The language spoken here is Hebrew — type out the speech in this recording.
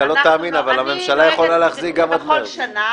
אתה לא תאמין אבל הממשלה יכולה להחזיק גם עד מרס.